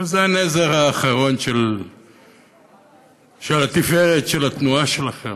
אבל זה הנזר האחרון של התפארת של התנועה שלכם.